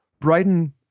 Brighton –